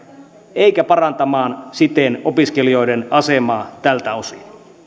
eikä parantamaan siten opiskelijoiden asemaa tältä osin